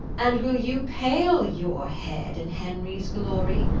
and will you pale your head in henries glory,